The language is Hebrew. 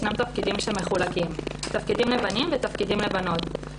תפקידים שמחולקים: תפקידים לבנים ותפקידים לבנות.